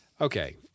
Okay